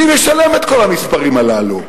מי משלם את כל המספרים הללו?